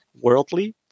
worldly